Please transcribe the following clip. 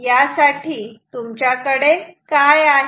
यासाठी तुमच्याकडे काय आहे